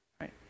right